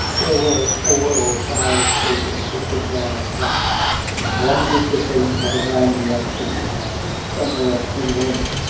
there were four or five faces looking down on him one was the face of a man he had seen somewhere in an inn.